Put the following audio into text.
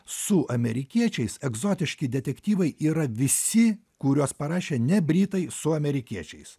su amerikiečiais egzotiški detektyvai yra visi kuriuos parašė ne britai su amerikiečiais